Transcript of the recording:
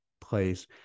place